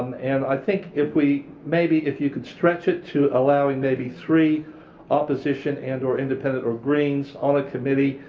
and i think if we maybe if you could stretch it to allowing maybe three opposition and or independent or greens on a committee,